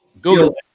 Google